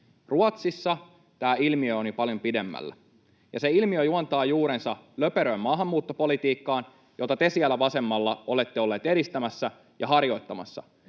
Ruotsissa tämä ilmiö on jo paljon pidemmällä. Ja se ilmiö juontaa juurensa löperöön maahanmuuttopolitiikkaan, jota te siellä vasemmalla olette olleet edistämässä ja harjoittamassa.